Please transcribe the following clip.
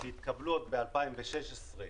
שהתקבלו עוד ב-2016,